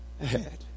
ahead